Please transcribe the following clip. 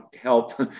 help